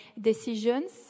decisions